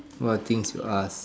what things you ask